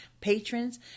patrons